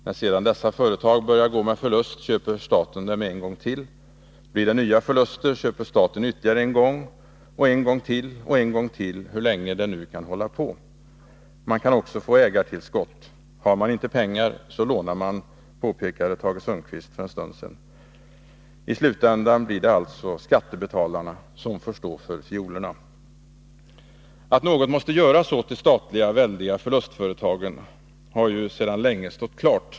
När sedan dessa företag börjar gå med förlust köper staten dem en gång till. Blir det nya förluster köper staten ytterligare en gång och en gång till, och en gång till, hur länge det nu kan hålla på. Man kan också få ägartillskott. Har man inte pengar så lånar man, påpekade Tage Sundkvist för en stund sedan. I slutändan blir det alltid skattebetalarna som får stå för fiolerna. Att något måste göras åt de statliga, väldiga förlustföretagen har ju sedan länge stått klart.